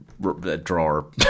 Drawer